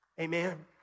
Amen